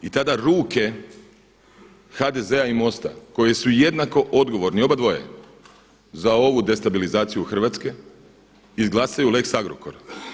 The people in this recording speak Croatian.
I tada ruke HDZ-a i MOST-a koji su jednako odgovorni, obadvoje za ovu destabilizaciju Hrvatske izglasaju lex Agrokor.